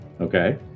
Okay